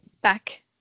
back